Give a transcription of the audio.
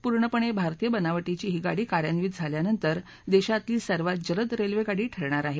पूर्णपणे भारतीय बनवटीची ही गाडी कार्यान्वित झाल्यानंतर देशातली सर्वात जलद रेल्वे गाडी ठरणार आहे